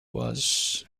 was